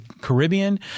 Caribbean